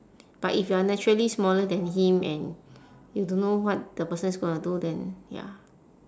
but if you are naturally smaller than him and you don't know what the person is gonna do then ya